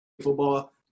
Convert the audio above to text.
football